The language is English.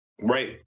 Right